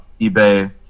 Ebay